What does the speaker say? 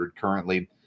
currently